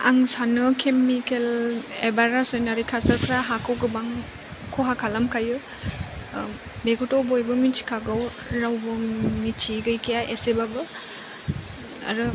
आं सानो केमिकेल एबा रासायनिक हासारफ्रा हाखौ गोबां खहा खालामखायो बेखौथ' बयबो मिथिखागौ रावबो मिथियै गैखाया एसेबाबो आरो